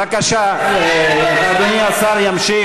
חקיקה דמוקרטית.